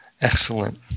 excellent